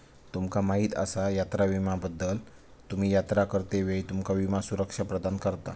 तुमका माहीत आसा यात्रा विम्याबद्दल?, तुम्ही यात्रा करतेवेळी तुमका विमा सुरक्षा प्रदान करता